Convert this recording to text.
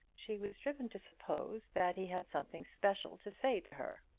she was driven to suppose that he had something special to say to her.